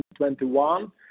2021